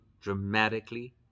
dramatically